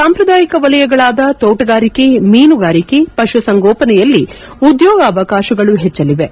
ಸಾಂಪ್ರದಾಯಿಕ ವಲಯಗಳಾದ ತೋಟಗಾರಿಕೆ ಮೀನುಗಾರಿಕೆ ಪಶುಸಂಗೋಪನೆಯಲ್ಲಿ ಉದ್ದೋಗ ಅವಕಾತಗಳು ಪಜ್ವಲಿವೆ